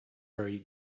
very